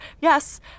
yes